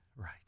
Right